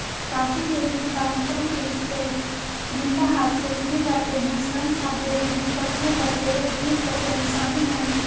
coffee के बीज पारंपरिक रूप से चुनिंदा हाथ से चुने जाते हैं, श्रमसाध्य विधि, पकने पर केवल बीज का चयन शामिल है